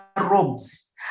robes